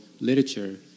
literature